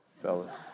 fellas